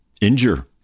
injure